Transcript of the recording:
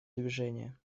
движение